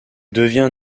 devient